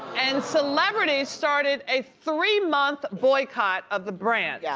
and celebrities started a three month boycott of the brand. yeah